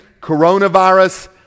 coronavirus